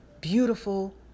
beautiful